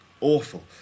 awful